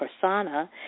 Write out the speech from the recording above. Persona